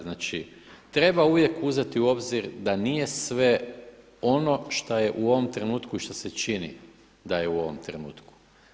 Znači, treba uvijek uzeti u obzir da nije sve ono što je u ovom trenutku i što se čini da je u ovom trenutku.